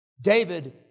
David